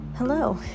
Hello